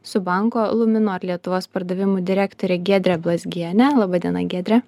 su banko luminor lietuvos pardavimų direktore giedre blazgiene laba diena giedre